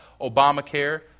Obamacare